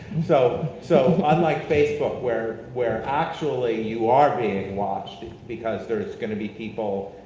so so unlike facebook where where actually, you are being watched because there's gonna be people,